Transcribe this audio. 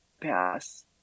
pass